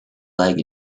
leg